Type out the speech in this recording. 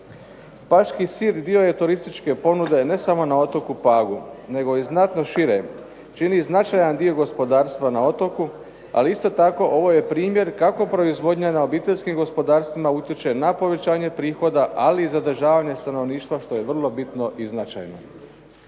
Paški sir dio je turističke ponude ne samo na otoku Pagu, nego i znatno šire, čini značajan dio gospodarstva na otoku, ali isto tako ovo je primjer kako proizvodnja na obiteljskim gospodarstvima utječe na povećanje prihoda, ali i zadržavanje stanovništva što je vrlo bitno i značajno.